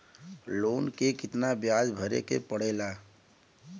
Loan के कितना ब्याज भरे के पड़े ला?